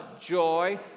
joy